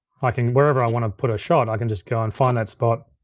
i can, wherever i wanna put a shot, i can just go and find that spot,